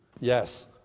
Yes